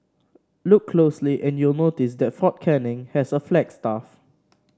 look closely and you'll notice that Fort Canning has a flagstaff